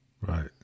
Right